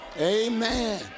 Amen